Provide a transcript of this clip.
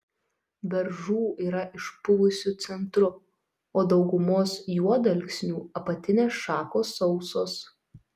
beržų yra išpuvusiu centru o daugumos juodalksnių apatinės šakos sausos